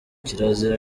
kirazira